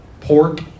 pork